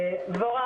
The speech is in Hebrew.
תראו,